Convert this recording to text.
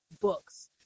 books